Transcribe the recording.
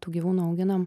tų gyvūnų auginam